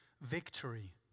victory